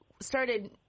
started